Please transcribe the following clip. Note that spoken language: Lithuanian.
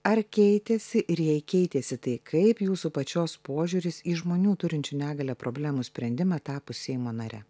ar keitėsi ir jei keitėsi tai kaip jūsų pačios požiūris į žmonių turinčių negalią problemų sprendimą tapus seimo nare